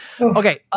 Okay